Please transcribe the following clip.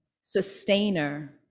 Sustainer